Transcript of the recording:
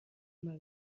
مراسم